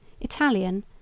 Italian